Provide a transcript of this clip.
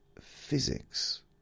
physics